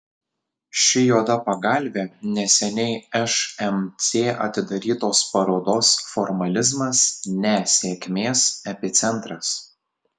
ši juoda pagalvė neseniai šmc atidarytos parodos formalizmas ne sėkmės epicentras